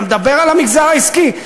אתה מדבר על המגזר העסקי,